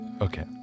Okay